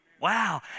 Wow